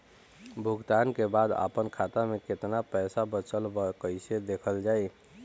भुगतान के बाद आपन खाता में केतना पैसा बचल ब कइसे देखल जाइ?